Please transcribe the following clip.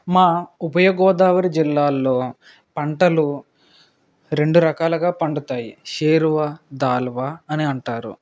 మా ఉభయగోదావరి జిల్లాల్లో పంటలు రెండు రకాలుగా పండుతాయి షేరువా దాల్వా అని అంటారు